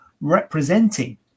representing